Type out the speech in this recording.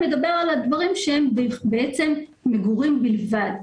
מדובר על הדברים שהם בעצם מגורים בלבד.